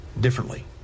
differently